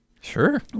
Sure